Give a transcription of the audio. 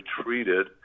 treated